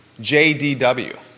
JDW